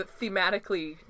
thematically